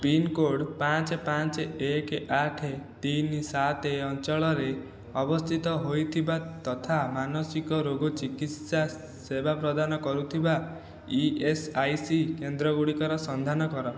pincode ପାଞ୍ଚ ପାଞ୍ଚ ଏକ ଆଠ ତିନି ସାତ ଅଞ୍ଚଳରେ ଅବସ୍ଥିତ ହୋଇଥିବା ତଥା ମାନସିକ ରୋଗ ଚିକିତ୍ସା ସେବା ପ୍ରଦାନ କରୁଥିବା ଇଏସ୍ଆଇସି କେନ୍ଦ୍ରଗୁଡ଼ିକର ସନ୍ଧାନ କର